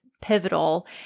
pivotal